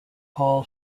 hall